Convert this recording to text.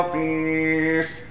peace